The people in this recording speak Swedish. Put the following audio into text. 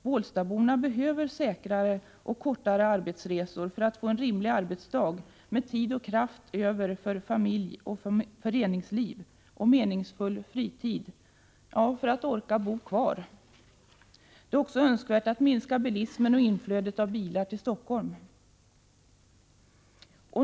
Bålstaborna behöver säkrare och kortare arbetsresor för att få en rimlig arbetsdag med tid och kraft över för familj, föreningsliv, meningsfull fritid och för att orka bo kvar. Det är också önskvärt att minska bilismen och inflödet av bilar till Stockholm.